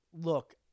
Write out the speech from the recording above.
look